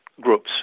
groups